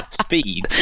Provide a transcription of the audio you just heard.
speed